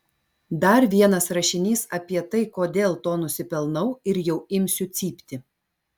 dar vienas rašinys apie tai kodėl to nusipelnau ir jau imsiu cypti